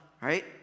right